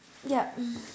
yup